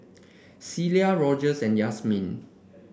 Celia Rogers and Yasmine